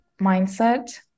mindset